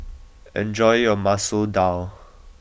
enjoy your Masoor Dal